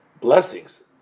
blessings